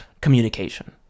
communication